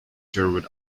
sherwood